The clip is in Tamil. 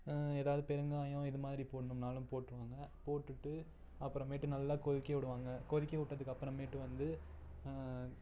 எதாவது பெருங்காயம் இது மாரி போடணும்னாலும் போட்டுருவாங்க போட்டுவிட்டு அப்புறமேட்டு நல்லா கொதிக்க விடுவாங்க கொதிக்க விட்டதுக்கப்பறமேட்டு வந்து